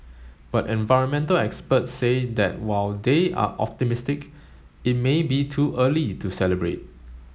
but environmental experts say that while they are optimistic it may be too early to celebrate